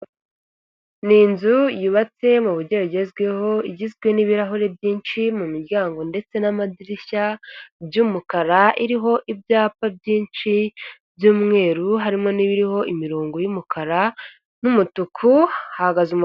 Ni inzu yubatse mu bu buryo bugezweho, igizwe n'ibirahure byinshi mu miryango ndetse n'amadirishya by'umukara, iriho ibyapa byinshi by'umweru, harimo n'ibiriho imirongo y'umukara n'umutuku hahagaze umuntu.